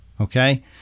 Okay